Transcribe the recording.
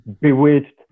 Bewitched